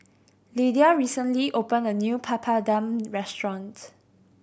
Lidia recently opened a new Papadum restaurant